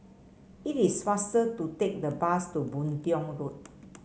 it is faster to take the bus to Boon Tiong Road